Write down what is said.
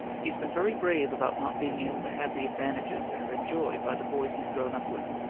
he's been very brave about not being able to have the advantages that are enjoyed by the boys he's grown up with.